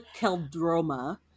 Keldroma